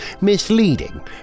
misleading